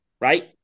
right